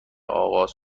آغاز